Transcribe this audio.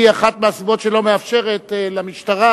היא אחת מהסיבות שלא מאפשרות למשטרה,